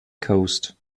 coast